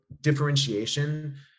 differentiation